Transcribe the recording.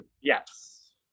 Yes